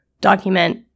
Document